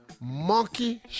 monkey